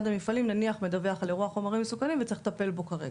המפעלים נניח מדווח על אירוע חומרים מסוכנים וצריך לטפל בו כרגע.